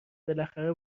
بالاخره